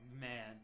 man